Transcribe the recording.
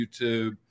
YouTube